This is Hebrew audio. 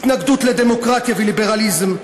התנגדות לדמוקרטיה וליברליזם,